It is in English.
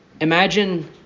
Imagine